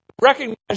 Recognize